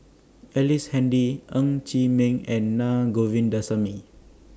Ellice Handy Ng Chee Meng and Na Govindasamy